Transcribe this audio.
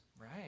Right